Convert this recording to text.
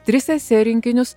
tris esė rinkinius